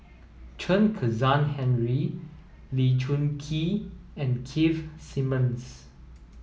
Chen Kezhan Henri Lee Choon Kee and Keith Simmons